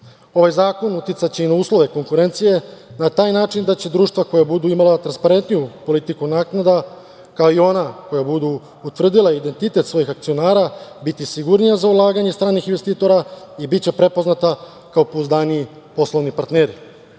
zakon uticaće i na uslove konkurencije na taj način da će društva koja budu imala transparentniju politiku naknada, kao i ona koja budu utvrdila identitet svojih akcionara, biti sigurnija za ulaganje stranih investitora i biće prepoznata kao pouzdaniji poslovni partneri.